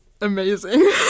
Amazing